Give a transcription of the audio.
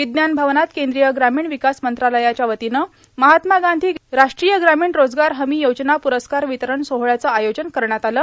विज्ञान भवनात केंद्रीय ग्रामीण विकास मंत्रालयाच्या वतीनं महात्मा गांधी राष्ट्रीय ग्रामीण रोजगार हमी योजना पुरस्कार वितरण सोहळ्याचं आयोजन करण्यात आलं